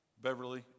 Beverly